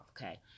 Okay